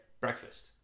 Breakfast